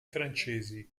francesi